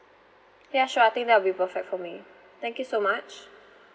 ya sure I think that will be perfect for me thank you so much